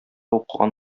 укыган